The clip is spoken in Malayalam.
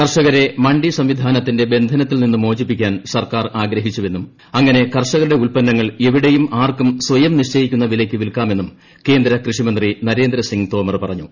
കർഷകരെ മണ്ഡി സംവിധാനത്തിന്റെ ബന്ധനത്തിൽ നിന്ന് മോചിപ്പിക്കാൻ സർക്കാർ ആഗ്രഹിച്ചുവെന്നും അങ്ങനെ കർഷകരുടെ ഉത്പന്നങ്ങൾ എവിടെയും ആർക്കും സ്വയം നിശ്ചയിക്കുന്ന വിലയ്ക്ക് വിൽക്കാമെന്നും കേന്ദ്ര കൃഷി മന്ത്രി നരേന്ദ്ര സിംഗ് തോമർ പറഞ്ഞു